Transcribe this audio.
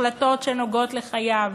החלטות שנוגעות לחייו.